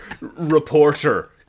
reporter